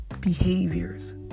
behaviors